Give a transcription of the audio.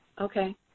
Okay